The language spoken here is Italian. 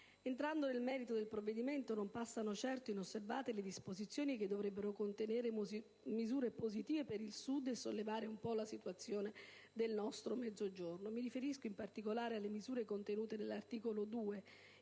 Entrando nel merito del provvedimento, non passano certo inosservate le disposizioni che dovrebbero contenere misure positive per il Sud e sollevare un po' la situazione del nostro Mezzogiorno. Mi riferisco, in particolare, alle misure contenute nell'articolo 2,